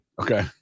Okay